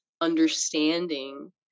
understanding